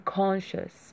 conscious